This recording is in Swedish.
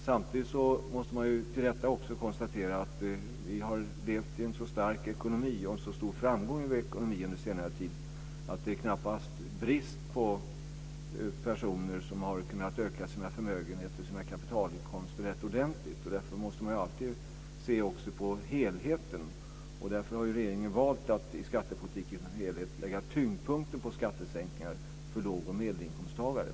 Samtidigt måste man också konstatera att vi har levt i en så stark ekonomi och haft en så stor framgång i vår ekonomi under senare tid att det knappast finns brist på personer som har kunnat öka sina förmögenheter och sina kapitalinkomster rätt ordentligt. Man måste alltid se på helheten, och därför har regeringen valt att i skattepolitiken som helhet lägga tyngdpunkt på skattesänkningar för låg och medelinkomsttagare.